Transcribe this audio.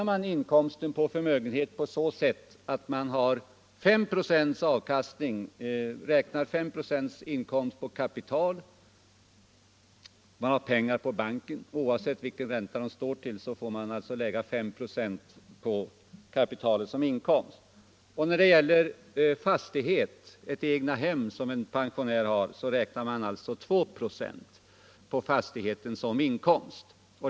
Inkomst av förmögenhet fastställs på följande sätt. På kapital räknar man med 5 96 som inkomst. Den som har pengar på banken skall alltså, oavsett vilken ränta pengarna står till, lägga 5 96 på kapitalet som inkomst. När det gäller en fastighet, t.ex. ett egethem som en pensionär har, räknar man 2 X& på fastighetens taxeringsvärde som inkomst.